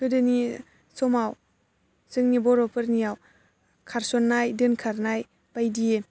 गोदोनि समाव जोंनि बर'फोरनियाव खारस'ननाय दोनखारनाय बायदि